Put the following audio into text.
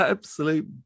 Absolute